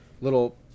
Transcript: little